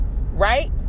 right